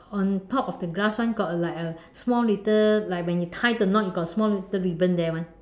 on top of the glass [one] got like a small little like when you tie the knot you got a small ribbon there [one]